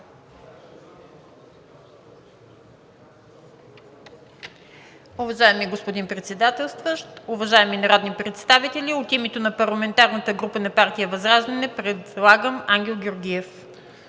Уважаеми господин Председател, уважаеми народни представители! От името на парламентарната група на партия ВЪЗРАЖДАНЕ предлагам Ангел Георгиев.